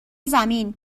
زمین